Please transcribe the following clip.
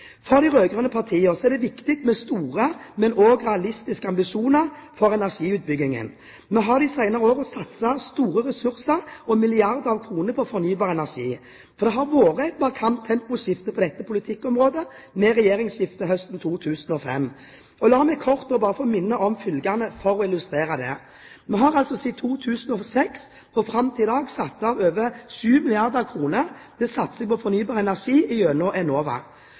For de rød-grønne partiene er det viktig med store, men også realistiske ambisjoner for energiutbyggingen. Vi har de senere årene satset store ressurser og milliarder av kroner på fornybar energi, for det har vært et markant temposkifte på dette politikkområdet siden regjeringsskiftet høsten 2005. La meg kort bare få minne om følgende, for å illustrere dette: Vi har siden 2006 og fram til i dag satt av over 7 milliarder kr til satsing på fornybar energi gjennom Enova.